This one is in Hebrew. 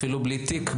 אפילו בלי תיק,